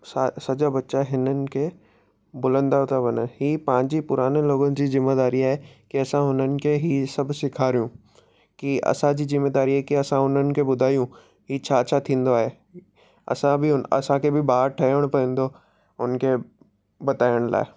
सां सॼा बचा हिननि खे भुलंदा था वञनि ही पंहिंजी पुराणे लोगनि जी ज़िमेदारी आहे की असां उन्हनि खे ही सभु सेखारियो की असांजी ज़िमेदारी खे असां उन्हनि खे ॿुधायूं की छा छा थींदो आहे असां बि असांखे बि ॿार ठहिणो पवंदो हुनखे बताइण लाइ